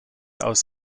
aus